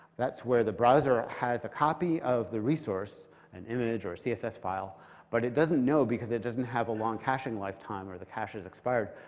that's where the browser has a copy of the resource an image or a css file but it doesn't know because it doesn't have a long caching lifetime or the cache is expired.